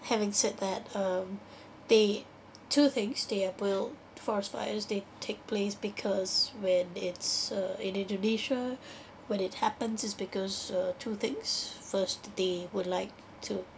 having said that um they two things they are build forest fires take take place because when it's uh in indonesia when it happens it's because uh two things first they would like to